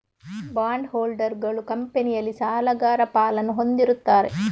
bond ಹೋಲ್ಡರುಗಳು ಕಂಪನಿಯಲ್ಲಿ ಸಾಲಗಾರ ಪಾಲನ್ನು ಹೊಂದಿರುತ್ತಾರೆ